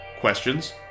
Questions